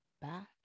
back